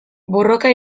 borroka